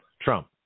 Trump